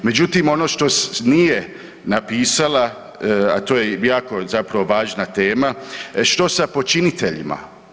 Međutim, ono što nije napisala, a to je jako zapravo važna tema, što sa počiniteljima?